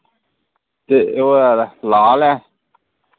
ते ओह् ऐ लाल ऐ